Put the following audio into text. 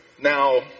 now